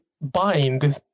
bind